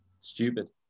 Stupid